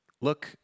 look